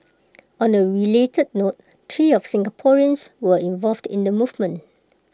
on A related note three of Singaporeans were involved in the movement